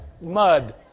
mud